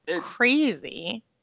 crazy